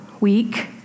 week